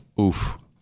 Oof